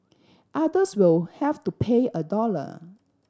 others will have to pay a dollar